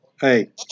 Hey